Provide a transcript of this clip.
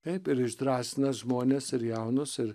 taip ir drąsina žmones ir jaunus ir